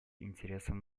интересам